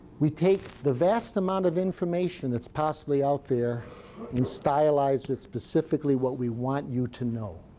we take the vast amount of information that's possibly out there and stylized it specifically what we want you to know.